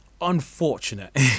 unfortunate